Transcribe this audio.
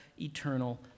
eternal